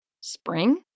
Spring